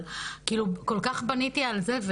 כל כך בניתי על זה,